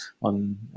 on